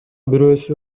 бирөөсү